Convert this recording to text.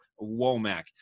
Womack